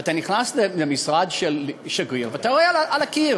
ואתה נכנס למשרד של שגריר ואתה רואה על הקיר